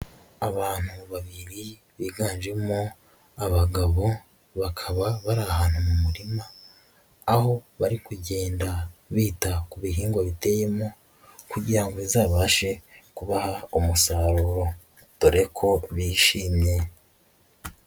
Abantu babiri biganjemo abagabo, bakaba bari ahantu mu murima, aho bari kugenda bita ku bihingwa biteyemo kugira ngo bizabashe kubaha umusaruro, dore ko bishimye.